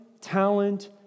talent